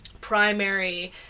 primary